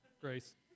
Grace